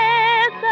Yes